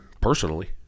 Personally